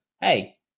hey